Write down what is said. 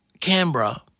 Canberra